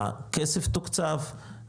הכסף תוקצב,